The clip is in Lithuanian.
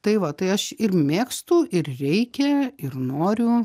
tai va tai aš ir mėgstu ir reikia ir noriu